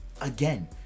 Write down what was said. again